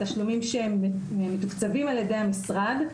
אין הפרדה בין התשלומים שהם מתוקצבים על-ידי המשרד,